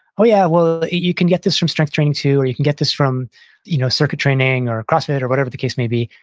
oh yeah. well, you can get this from structuring too, or you can get this from you know circuit training or crossfit or whatever the case may be.